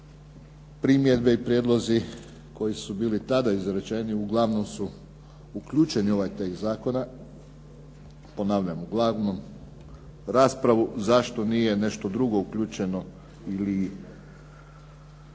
Primjedbe i prijedlozi koji su bili tada izrečeni uglavnom su uključeni u ovaj tekst zakona, ponavljam uglavnom. Raspravu zašto nije nešto drugo uključeno ili